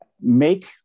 Make